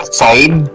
side